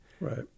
Right